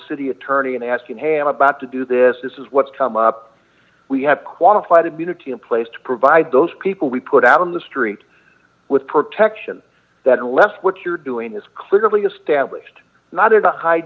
city attorney and asking hey i'm about to do this this is what's come up we have qualified immunity in place to provide those people we put out on the street with protection that unless what you're doing is clearly established neither the hi